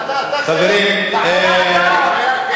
תפסיק להתחצף.